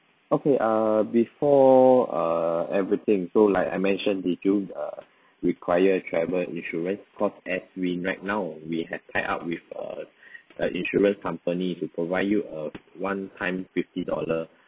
okay err before err everything so like I mentioned did you err require travel insurance cause as we right now we have tied up with err err insurance company to provide you a one time fifty dollar